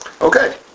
Okay